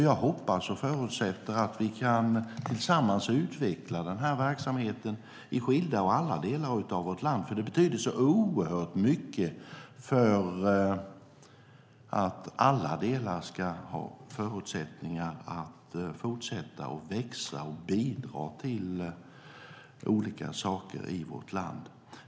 Jag hoppas och förutsätter att vi tillsammans kan utveckla den här verksamheten i alla delar av vårt land. Det betyder så oerhört mycket för att alla delar ska ha förutsättningar att fortsätta att växa och bidra till olika saker i vårt land.